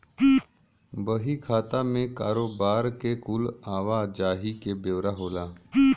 बही खाता मे कारोबार के कुल आवा जाही के ब्योरा होला